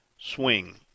swing